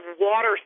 water